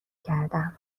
کردم